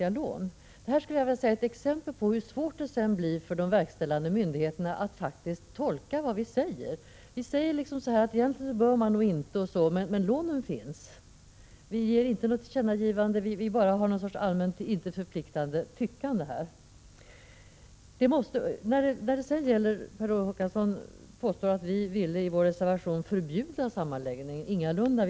1986/87:50 skulle vilja säga att detta är ett exempel på hur svårt det sedan blir för de 16 december 1986 verkställande myndigheterna att faktiskt tolka vad vi säger. Vi säger att. = Jy od omeroer egentligen bör man nog inte osv., men lånen finns. Vi gör inte något tillkännagivande, vi kommer här bara med någon sorts allmänt, till inte förpliktande tyckande. Per Olof Håkansson påstår att vi i vår reservation ville förbjuda sammanläggning. Ingalunda!